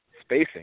spacing